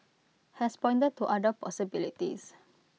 has pointed to other possibilities